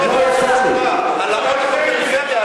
באמת רוצים תשובה על העוני בפריפריה,